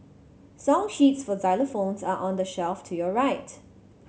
song sheets for xylophones are on the shelf to your right